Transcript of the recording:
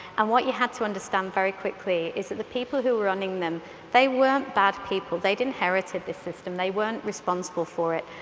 and what you had to understand very quickly is that the people who were running them they weren't bad people. they'd inherited this system, they weren't responsible for it.